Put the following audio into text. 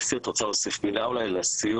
אסתי את רוצה להוסיף מילה אולי לסיום?